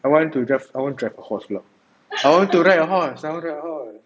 I want to drive drive a horse pula I want to ride a horse I want to ride a horse